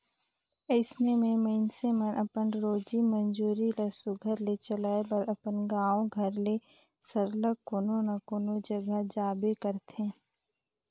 अइसे में मइनसे मन अपन रोजी मंजूरी ल सुग्घर ले चलाए बर अपन गाँव घर ले सरलग कोनो न कोनो जगहा जाबे करथे